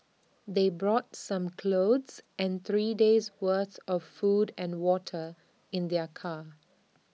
they brought some clothes and three days' worth of food and water in their car